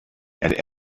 and